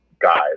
guys